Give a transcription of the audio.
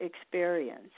experience